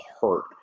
hurt